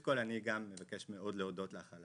כל אני גם מבקש מאוד להודות לך על